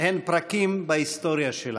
הן פרקים בהיסטוריה שלה,